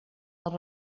als